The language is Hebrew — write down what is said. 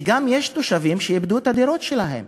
וגם יש תושבים שאיבדו את הדירות שלהם